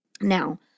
Now